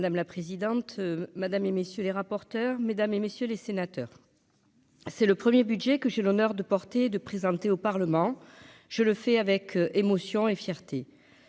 Madame la présidente, madame et messieurs les rapporteurs, mesdames et messieurs les sénateurs, c'est le 1er budget que j'ai l'honneur de porter de présenter au Parlement, je le fais avec émotion et fierté